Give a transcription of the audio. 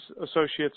associates